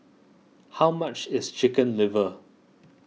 how much is Chicken Liver